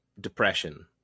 depression